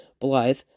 Blythe